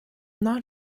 not